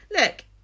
Look